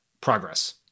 progress